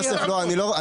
לא, אני לא.